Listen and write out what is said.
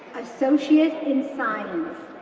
associate in science,